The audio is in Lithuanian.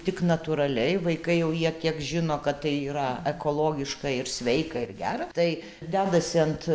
tik natūraliai vaikai jau jie tiek žino kad tai yra ekologiška ir sveika ir gera tai dedasi ant